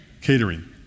catering